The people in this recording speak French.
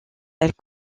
elle